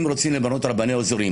אם רוצים למנות רבני אזורים,